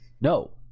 No